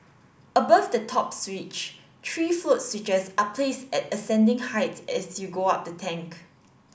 above the stop switch three float switches are placed at ascending heights as you go up the tank